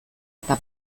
eta